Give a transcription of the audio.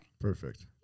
Perfect